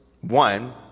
one